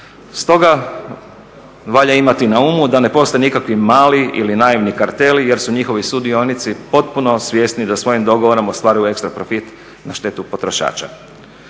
Stoga valja imati na umu da ne postoje nikakvi mali ili naivni karteli jer su njihovi sudionici potpuno svjesni da svojim dogovorom ostvaruju ekstra profit na štetu potrošača.